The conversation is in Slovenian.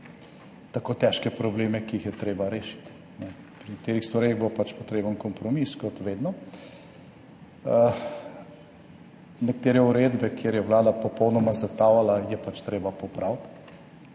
tako težke probleme, ki jih je treba rešiti. Pri nekaterih stvareh bo pač potreben kompromis, kot vedno. Nekatere uredbe, kjer je Vlada popolnoma zatavala, je pač treba popraviti,